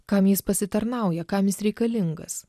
kam jis pasitarnauja kam jis reikalingas